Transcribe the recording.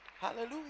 Hallelujah